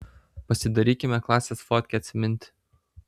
pasidarykime klasės fotkę atsiminti